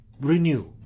renew